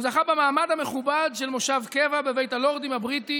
הוא זכה במעמד המכובד של מושב קבע בבית הלורדים הבריטי